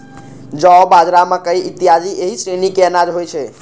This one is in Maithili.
जौ, बाजरा, मकइ इत्यादि एहि श्रेणी के अनाज होइ छै